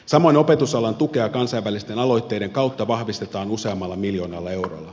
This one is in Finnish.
samoin opetusalan tukea kansainvälisten aloitteiden kautta vahvistetaan useammalla miljoonalla eurolla